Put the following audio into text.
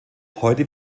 heute